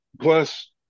Plus